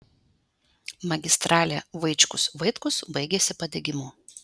magistralė vaičkus vaitkus baigiasi padegimu